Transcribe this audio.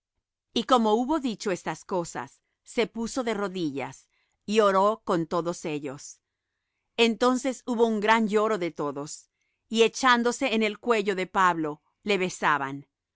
y como hubo dicho estas cosas se puso de rodillas y oró con todos ellos entonces hubo un gran lloro de todos y echándose en el cuello de pablo le besaban